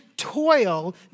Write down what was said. toil